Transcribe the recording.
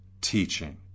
teaching